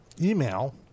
email